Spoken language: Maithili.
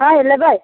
आओर लेबै